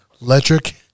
electric